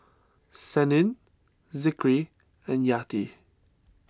Senin Zikri and Yati